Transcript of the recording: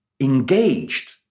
engaged